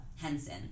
Henson